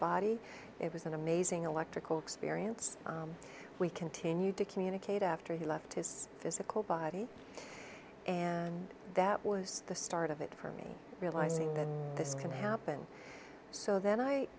body it was an amazing electrical experience we continued to communicate after he left his physical body and that was the start of it for me realizing that this can happen so then i